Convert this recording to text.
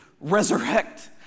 resurrect